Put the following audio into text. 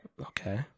Okay